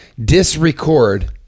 disrecord